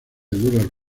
duras